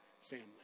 family